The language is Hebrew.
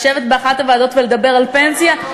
לשבת באחת הוועדות ולדבר על פנסיה?